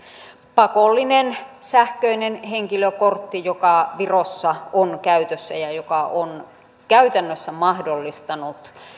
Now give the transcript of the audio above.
pakollinen sähköinen henkilökortti joka virossa on käytössä ja joka on käytännössä mahdollistanut